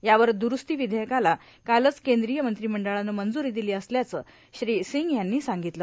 यावर द्रूरस्ती विधेयकाला कालच केंद्रीय मंत्रिमंडळानं मंजुरी दिली असल्याचं श्री सिंग यांनी सांगितलं